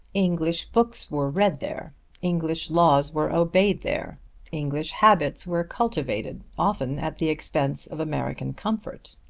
english books were read there english laws were obeyed there english habits were cultivated, often at the expense of american comfort.